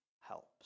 helps